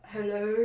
Hello